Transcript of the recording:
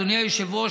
אדוני היושב-ראש,